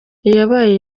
iyabaye